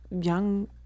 young